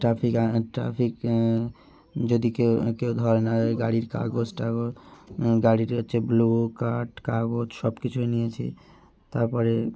traffic traffic যদি কেউ কেউ ধরে না এই গাড়ির কাগজ টাগজ গাড়ির হচ্ছে ব্লু কার্ড কাগজ সব কিছুই নিয়েছি তারপরে